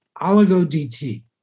oligo-DT